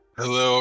hello